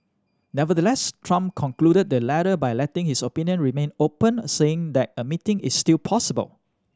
Nevertheless Trump concluded the letter by letting his options remain open saying that a meeting is still possible